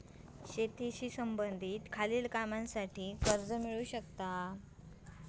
शेतीशी संबंधित खालील कामांसाठी कर्ज मिळू शकता